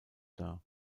dar